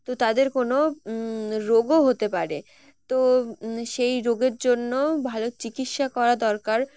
তো তাদের কোনো রোগও হতে পারে তো সেই রোগের জন্য ভালো চিকিৎসা করা দরকার